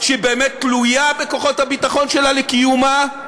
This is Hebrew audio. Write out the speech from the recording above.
שבאמת תלויה בכוחות הביטחון שלה לקיומה,